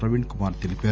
ప్రవీణ్ కుమార్ తెలిపారు